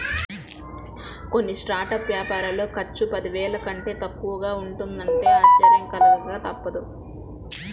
కొన్ని స్టార్టప్ వ్యాపారాల ఖర్చు పదివేల కంటే తక్కువగా ఉంటున్నదంటే ఆశ్చర్యం కలగక తప్పదు